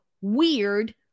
weird